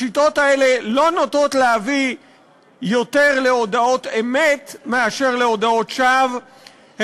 השיטות האלה לא נוטות להביא יותר להודאות אמת מאשר להודאות שווא,